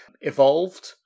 evolved